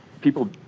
people